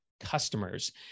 customers